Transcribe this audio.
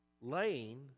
laying